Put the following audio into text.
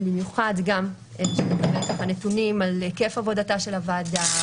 במיוחד הן הנתונים על היקף עבודתה של הוועדה,